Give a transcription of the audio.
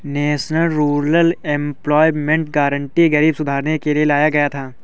national rural employment guarantee गरीबी सुधारने के लिए लाया गया था